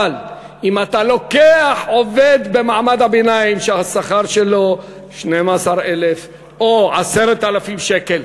אבל אם אתה לוקח עובד במעמד הביניים שהשכר שלו 12,000 או 10,000 שקל,